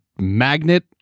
magnet